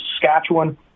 Saskatchewan